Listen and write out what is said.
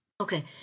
Okay